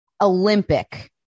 Olympic